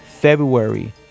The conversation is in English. February